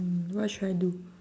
mm what should I do